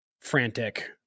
frantic